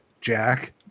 Jack